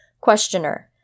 Questioner